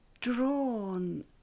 drawn